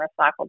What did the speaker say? recycled